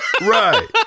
right